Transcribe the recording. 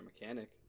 Mechanic